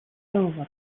over